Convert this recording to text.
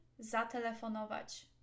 zatelefonować